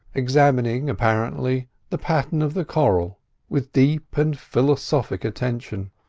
examining, apparently, the pattern of the coral with deep and philosophic attention.